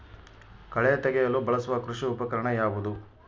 ಕಳೆ ತೆಗೆಯಲು ಬಳಸುವ ಕೃಷಿ ಉಪಕರಣ ಯಾವುದು?